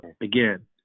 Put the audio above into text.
again